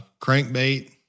crankbait